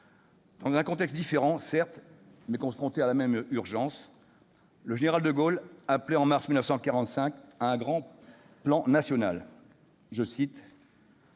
Dans un contexte différent certes, mais confronté à la même urgence, le général de Gaulle appelait en mars 1945 à un grand plan national « afin